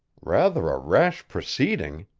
rather a rash proceeding,